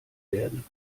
werden